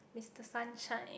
Mister sunshine